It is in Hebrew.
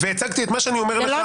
הצגתי את מה שאני אומר לך עכשיו.